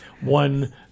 One